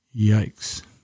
Yikes